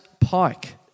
Pike